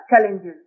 challenges